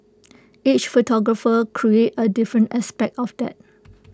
each photographer created A different aspect of that